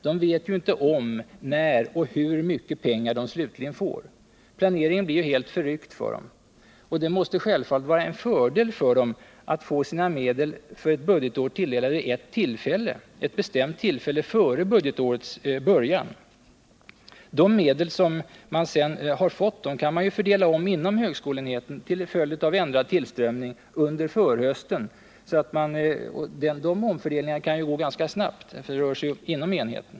De vet ju inte om, när och hur mycket pengar de slutligen får. Planeringen blir helt förryckt för dem. Det måste självfallet vara en fördel för dem att få sina medel för ett budgetår tilldelade vid ett bestämt tillfälle före budgetårets början. De medel man sedan vill fördela om inom högskoleenheten till följd av ändrad tillströmning under förhösten kan man ju själv besluta om, och de besluten kan tas snabbt.